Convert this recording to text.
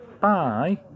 Bye